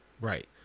Right